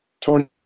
Tony